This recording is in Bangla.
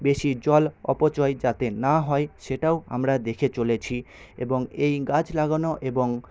বেশি জল অপচয় যাতে না হয় সেটাও আমরা দেখে চলেছি এবং এই গাছ লাগানো এবং